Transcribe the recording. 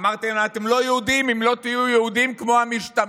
אמרתם להם: אתם לא יהודים אם לא תהיו יהודים כמו המשתמטים,